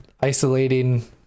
isolating